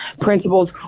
principles